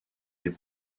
des